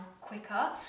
quicker